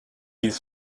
ils